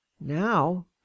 now